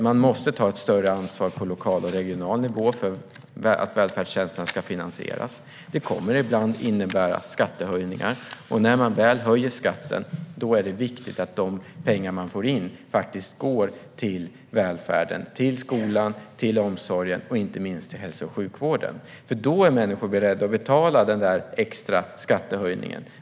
Man måste ta ett större ansvar på lokal och regional nivå för att välfärdstjänsterna ska finansieras. Det kommer ibland att innebära skattehöjningar. När man väl höjer skatten är det viktigt att de pengar som man får in går till välfärden, till skolan, till omsorgen och inte minst till hälso och sjukvården. Då är människor beredda att betala den extra skattehöjningen.